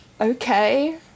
okay